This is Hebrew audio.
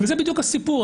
זה בדיוק הסיפור.